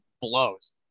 blows